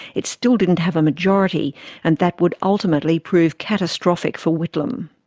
it still didn't have a majority and that would ultimately prove catastrophic for whitlam.